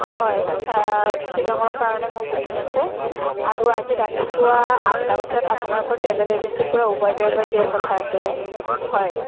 হয় শ্বিলঙৰ কাৰণে মোৰ বুকিং আছে আৰু আজি ৰাতিপুৱা আঠটা বজাত আপোনালোকৰ ট্ৰেভেল এজেঞ্চিৰ পৰা ওবেৰ ড্ৰাইভাৰ দিয়াৰ কথা আছিলে হয়